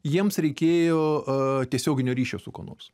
jiems reikėjo tiesioginio ryšio su kuo nors